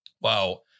Wow